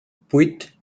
vuit